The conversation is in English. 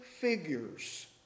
figures